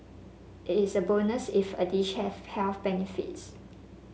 it is a bonus if a dish has health benefits